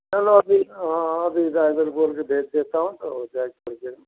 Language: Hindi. चलो ठीक अभी ड्राइवर बोल कर भेज देता हूँ हो जाए तो कर देना